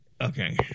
Okay